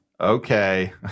okay